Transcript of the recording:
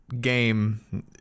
game